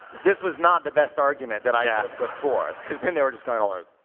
this was not the best argument that i yeah put forth because then they were just kind